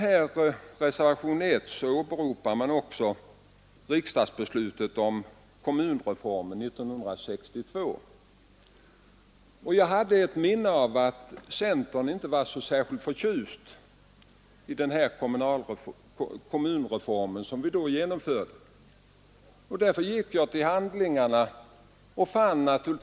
I reservationen 1 åberopas också riksdagens beslut om kommunreformen 1962. Jag hade ett minne av att centern inte var så särskilt förtjust i den reform vi då genomförde, och därför gick jag tillbaka till handlingarna.